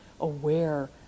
aware